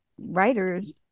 writers